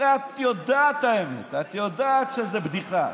הרי את יודעת את האמת ואת יודעת שזו בדיחה.